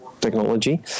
Technology